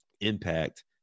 impact